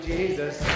Jesus